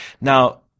Now